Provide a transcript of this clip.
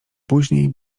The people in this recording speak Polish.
później